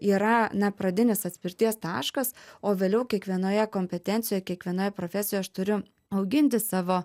yra na pradinis atspirties taškas o vėliau kiekvienoje kompetencijoje kiekvienoje profesijoj aš turiu auginti savo